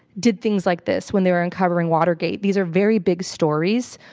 did things like this when they were uncovering watergate. these are very big stories.